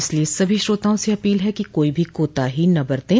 इसलिए सभी श्रोताओं से अपील है कि कोई भी कोताही न बरतें